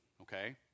okay